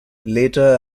later